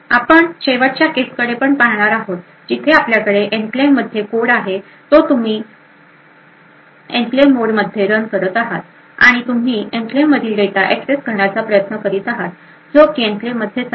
आपण शेवटच्या केसकडे पण पाहणार आहोत जिथे आपल्याकडे एन्क्लेव्ह मध्ये कोडं आहे तो तुम्ही तो एन्क्लेव्ह मोडमध्ये रन करत आहात आणि तुम्ही एन्क्लेव्ह मधील डेटा एक्सेस करण्याचा प्रयत्न करत आहात जो की एन्क्लेव्ह मध्येच आहे